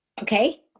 Okay